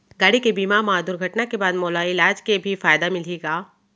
गाड़ी के बीमा मा दुर्घटना के बाद मोला इलाज के भी फायदा मिलही का?